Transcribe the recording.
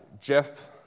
Jeff